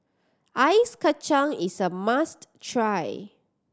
ice kacang is a must try